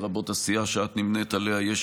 לרבות הסיעה שאת נמנית עימה,